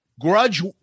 Grudge